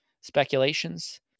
speculations